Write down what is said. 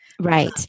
Right